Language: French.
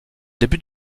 début